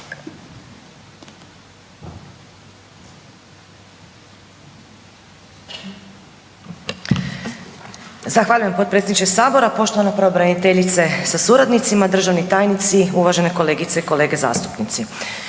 Zahvaljujem potpredsjedniče sabora. Poštovana pravobraniteljice sa suradnicima, državni tajnici, uvažene kolegice i kolege zastupnici,